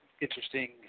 interesting